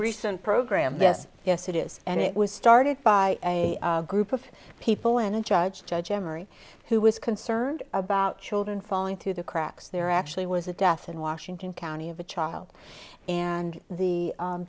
recent program this yes it is and it was started by a group of people in a judge judge emory who was concerned about children falling through the cracks there actually was a death in washington county of a child and the